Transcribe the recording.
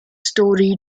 story